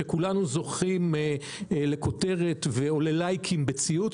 שכולנו זוכים לכותרת או ל"לייקים" בציוץ